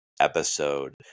episode